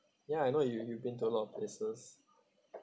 ya I know you you've been to a lot of places